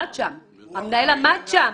המנהל עמד שם.